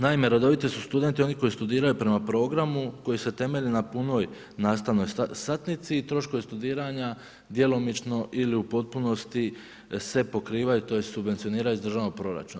Naime, redoviti su studenti oni koji studiraju prema programu koji se temelji na punoj nastavnoj satnici i troškove studiranja djelomično ili u potpunosti se pokrivaju tj. subvencioniraju iz državnog proračuna.